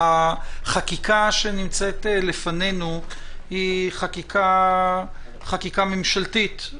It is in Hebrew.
החקיקה שנמצאת לפנינו היא חקיקה ממשלתית,